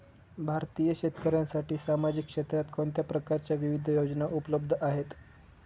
भारतीय शेतकऱ्यांसाठी सामाजिक क्षेत्रात कोणत्या प्रकारच्या विविध योजना उपलब्ध आहेत?